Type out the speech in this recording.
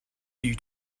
you